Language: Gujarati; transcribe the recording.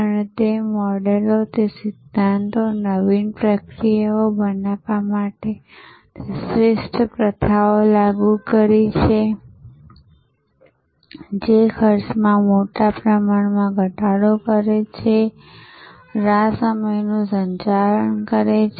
અને તે મોડેલો તે સિદ્ધાંતો નવીન પ્રક્રિયાઓ બનાવવા માટે તે શ્રેષ્ઠ પ્રથાઓ લાગુ કરી છે જે ખર્ચમાં મોટા પ્રમાણમાં ઘટાડો કરે છે રાહ સમયનું સંચાલન કરે છે